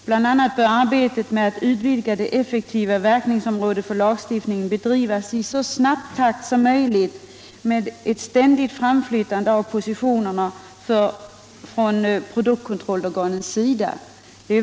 Bl.a. bör arbetet med att utvidga det effektiva verkningsområdet för lagstiftningen bedrivas i så snabb takt som möjligt med ett ständigt framflyttande av produktkontrollorganens positioner.